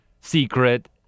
secret